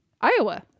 Iowa